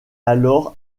alors